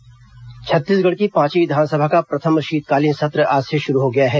विधानसभा सत्र शपथ छत्तीसगढ़ की पांचवीं विधानसभा का प्रथम शीतकालीन सत्र आज से शुरू हो गया है